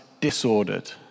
disordered